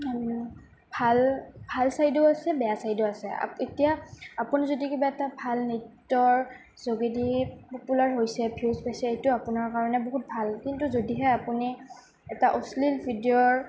ভাল ভাল ছাইডো আছে বেয়া ছাইডো আছে এতিয়া আপুনি যদি কিবা এটা ভাল নৃত্যৰ যোগেদি পপুলাৰ হৈছে ভিউজ পাইছে এইটো আপোনাৰ কাৰণে বহুত ভাল কিন্তু যদিহে আপুনি এটা অশ্লীল ভিডিঅ'ৰ